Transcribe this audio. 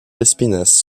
lespinasse